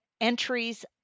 entries